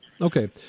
Okay